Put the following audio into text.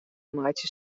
meitsje